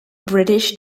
british